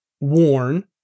worn